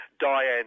Diane